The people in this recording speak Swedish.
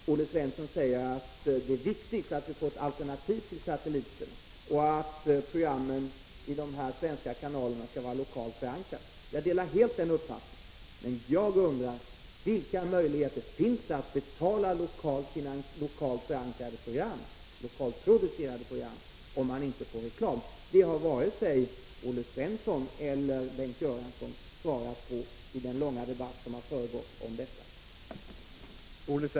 Olle Svensson säger att det är viktigt att vi får ett alternativ till satellitsändningarna och att programmen i de svenska kanalerna skall vara lokalt förankrade. Jag delar helt den uppfattningen. Men vilka möjligheter finns det att betala lokalt producerade program om det inte får finnas reklam? Den frågan har varken Olle Svensson eller Bengt Göransson svarat på i den debatt som förevarit.